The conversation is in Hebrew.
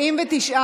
התש"ף 2020, נתקבל.